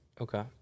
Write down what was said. Okay